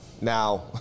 now